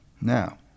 Now